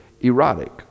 erotic